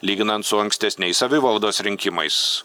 lyginant su ankstesniais savivaldos rinkimais